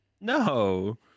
No